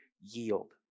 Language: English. yield